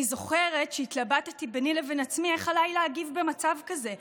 אני זוכרת שהתלבטתי ביני לבין עצמי איך עליי להגיב במצב כזה: